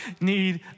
need